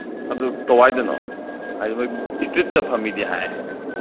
ꯑꯗꯨ ꯀꯋꯥꯏꯗꯅꯣ ꯍꯥꯏꯗꯤ ꯃꯣꯏ ꯏꯁꯇ꯭ꯔꯤꯠꯇ ꯐꯝꯃꯤꯗꯤ ꯍꯥꯏ